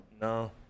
No